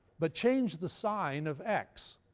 but change the sign of x,